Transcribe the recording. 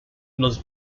los